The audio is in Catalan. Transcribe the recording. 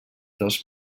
dels